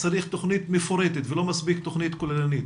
צריך תכנית מפורטת ולא מספיק תכנית כוללנית,